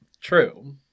True